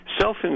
self